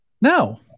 No